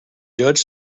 judge